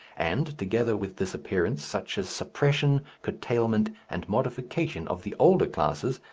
and together with this appearance such a suppression, curtailment, and modification of the older classes,